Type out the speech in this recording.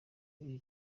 kuba